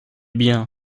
bien